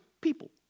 people